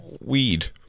weed